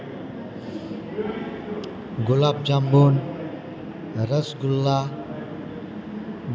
gulab jamun rasgulla